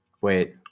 Wait